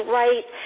right